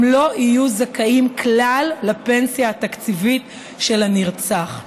הם לא יהיו זכאים כלל לפנסיה התקציבית של הנרצח.